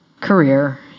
career